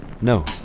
No